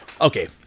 Okay